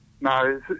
No